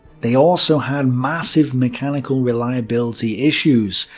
they also had massive mechanical reliability issues,